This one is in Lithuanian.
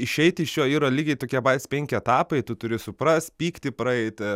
išeiti iš jo yra lygiai tokie patys penki etapai tu turi suprast pyktį praeiti